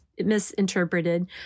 misinterpreted